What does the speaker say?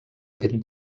ben